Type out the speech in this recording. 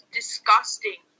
disgusting